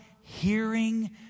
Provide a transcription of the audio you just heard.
hearing